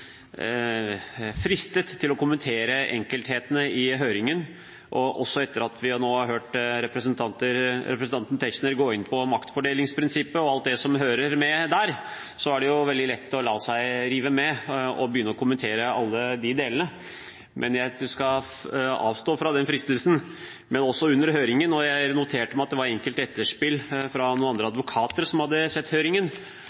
fristet til å kommentere enkelthetene i høringen, og også etter at vi nå har hørt representanten Tetzschner gå inn på maktfordelingsprinsippet og alt det som hører med der, er det veldig lett å la seg rive med og begynne å kommentere alle de delene, men jeg skal avstå fra den fristelsen. Men jeg noterte meg at det var enkelte etterspill fra noen andre